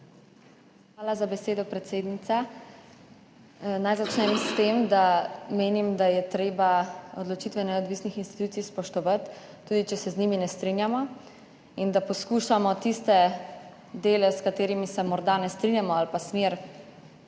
Hvala za besedo, predsednica. Naj začnem s tem, da menim, da je treba odločitve neodvisnih institucij spoštovati, tudi če se z njimi ne strinjamo, in da poskušamo tiste dele, s katerimi se morda ne strinjamo, ali pa smer,